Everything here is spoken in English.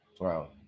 Wow